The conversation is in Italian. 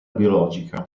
biologica